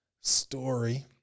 story